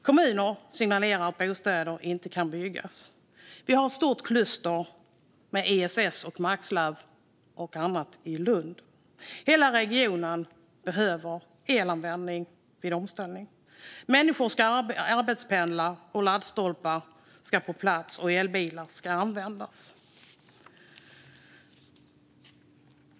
Kommuner signalerar att bostäder inte kan byggas. Vi har ett stort kluster med ESS, MAX IVlaboratoriet och annat i Lund. Hela regionen behöver elanvändning vid omställning. Människor ska arbetspendla. Laddstolpar ska på plats, och elbilar ska användas.